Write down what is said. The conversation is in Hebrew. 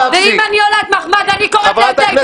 אני לא נעלבת מפגועים כמוך,